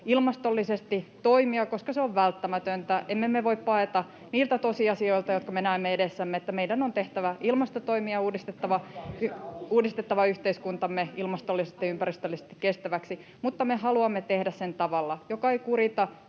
ilmastollisesti toimia, koska se on välttämätöntä. Emme me voi paeta niiltä tosiasioilta, jotka me näemme edessämme, että meidän on tehtävä ilmastotoimia, [Perussuomalaisten ryhmästä: Palkatkaa lisää avustajia!] uudistettava yhteiskuntamme ilmastollisesti ja ympäristöllisesti kestäväksi, mutta me haluamme tehdä sen tavalla, joka ei kurita